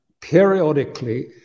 periodically